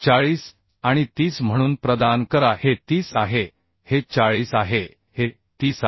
40 आणि 30 म्हणून प्रदान करा हे 30 आहे हे 40 आहे हे 30 आहे